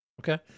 Okay